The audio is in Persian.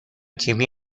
کیوی